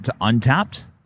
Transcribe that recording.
untapped